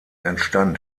entstand